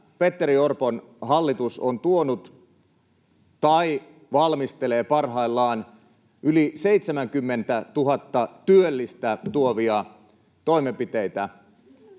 Petteri Orpon hallitus on tuonut tai valmistelee parhaillaan yli 70 000 työllistä tuovia toimenpiteitä